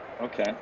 Okay